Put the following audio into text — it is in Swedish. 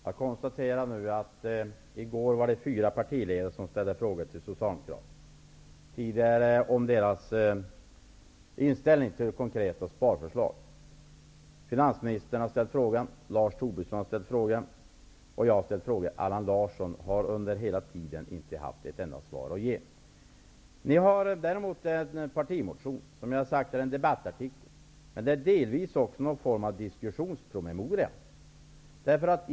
Fru talman! I går ställde fyra partiledare frågor till Tobisson och jag har ställt frågor. Under hela tiden har Allan Larsson inte haft ett enda svar att ge. Socialdemokraterna har däremot en partimotion, som jag har sagt snarast är en debattartikel. Men det är delvis också någon form av diskussionspromemoria.